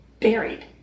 buried